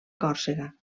còrsega